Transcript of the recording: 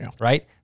right